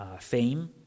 fame